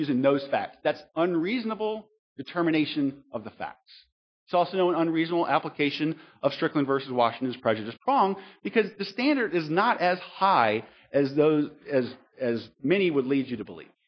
using those facts that's unreasonable determination of the facts it's also an unreasonable application of strickland versus washings prejudiced wrong because the standard is not as high as those as as many would lead you to believe